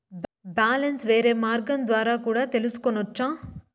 Balance వేరే మార్గం ద్వారా కూడా తెలుసుకొనొచ్చా?